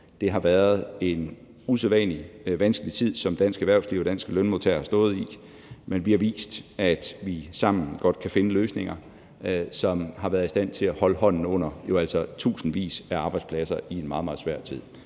Det har været en usædvanlig vanskelig tid, som dansk erhvervsliv og danske lønmodtagere har stået i, men vi har vist, at vi sammen godt kan finde løsninger, som jo altså har været i stand til at holde hånden under tusindvis af arbejdspladser i en meget, meget svær tid.